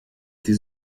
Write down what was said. die